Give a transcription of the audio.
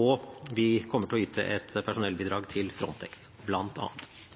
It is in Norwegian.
og vi kommer til å yte et personellbidrag til Frontex